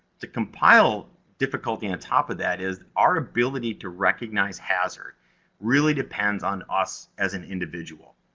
to compile difficulty on top of that, is our ability to recognize hazard really depends on us as an individual.